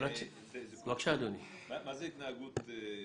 מה זה התנהגות מאתגרת?